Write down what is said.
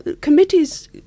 committees